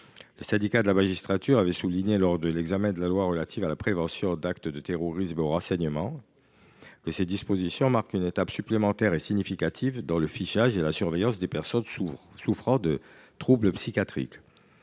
Le Syndicat de la magistrature avait souligné, lors de l’examen de la loi relative à la prévention d’actes de terrorisme et au renseignement, que ces dispositions marquaient une étape supplémentaire et significative dans le fichage et la surveillance des personnes souffrant de troubles psychiatriques.